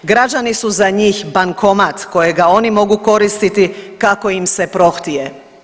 Građani su za njih bankomat kojega oni mogu koristiti kako im se prohtije.